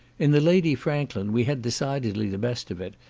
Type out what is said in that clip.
in the lady franklin we had decidedly the best of it,